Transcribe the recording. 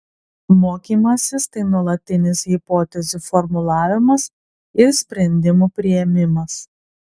mokymasis tai nuolatinis hipotezių formulavimas ir sprendimų priėmimas